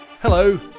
Hello